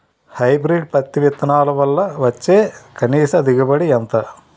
Hybrid పత్తి విత్తనాలు వల్ల వచ్చే కనీస దిగుబడి ఎంత?